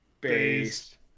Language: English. based